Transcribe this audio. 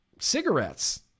Cigarettes